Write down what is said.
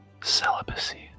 Celibacy